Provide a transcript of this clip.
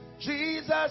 Jesus